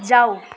जाऊ